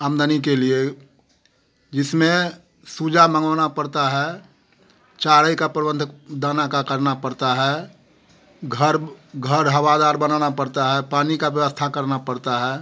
आमदनी के लिए जिसमें सुजा मंगवाना पड़ता है चारे का प्रबंध दाने का करना पड़ता है घर घर हवादार बनाना पड़ता है पानी का व्यवस्था करनी पड़ता है